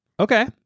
Okay